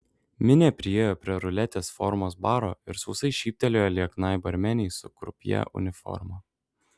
minė priėjo prie ruletės formos baro ir sausai šyptelėjo lieknai barmenei su krupjė uniforma